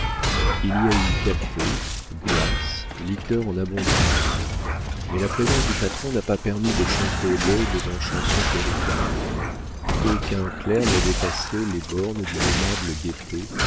il y a eu café glaces liqueurs en abondance mais la présence du patron n'a pas permis de chanter laudes en chansons cléricales aucun clerc n'a dépassé les bornes d'une aimable gaieté